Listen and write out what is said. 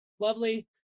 lovely